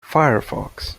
firefox